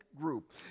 group